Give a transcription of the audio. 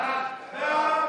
ההצעה להעביר